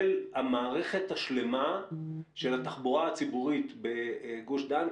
המערכת השלמה של התחבורה הציבורית בגוש דן,